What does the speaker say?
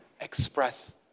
express